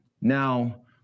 now